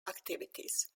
activities